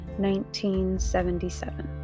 1977